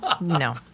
no